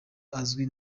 azwi